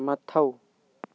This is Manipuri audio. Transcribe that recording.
ꯃꯊꯧ